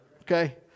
okay